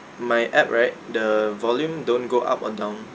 my app right the volume don't go up or down